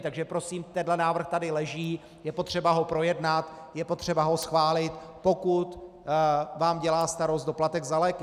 Takže prosím, tenhle návrh tady leží, je potřeba ho projednat, je potřeba ho schválit, pokud vám dělá starost doplatek za léky.